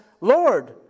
Lord